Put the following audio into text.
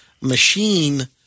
machine